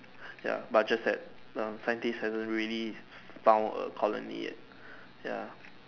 ya but just that uh scientist hasn't really found a colony yet ya